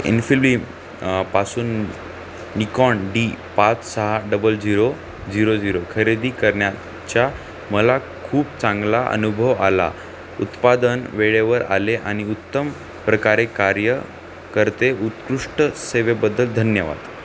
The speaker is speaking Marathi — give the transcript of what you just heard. इन्फीबीम पासून निकॉन डी पाच सहा डबल झिरो झिरो झिरो खरेदी करण्याचा मला खूप चांगला अनुभव आला उत्पादन वेळेवर आले आणि उत्तम प्रकारे कार्य करते उत्कृष्ट सेवेबद्दल धन्यवाद